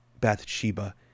Bathsheba